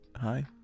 hi